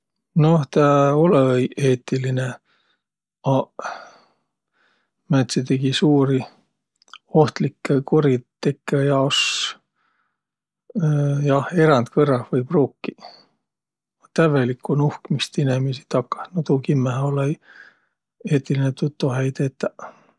Noh, tä olõ-õi eetiline, aq määntsidegi suuri, ohtlikkõ kuritekõ jaos jah, erändkõrrah või pruukiq. Tävvelikku nuhkmist inemiisi takah, no tuu kimmähe olõ-õi eetiline, tuud tohe-ei tetäq.